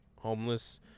homeless